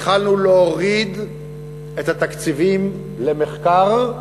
התחלנו להוריד את התקציבים למחקר,